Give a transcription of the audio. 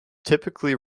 typically